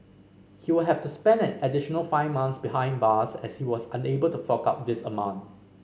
he will have to spend an additional five months behind bars as he was unable to fork out this amount